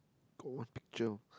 got one picture